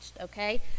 okay